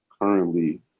currently